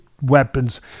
weapons